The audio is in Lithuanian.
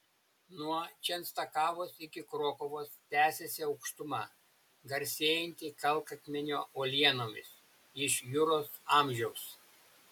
nuo čenstakavos iki krokuvos tęsiasi aukštuma garsėjanti kalkakmenio uolienomis iš juros amžiaus